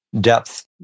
depth